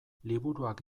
liburuak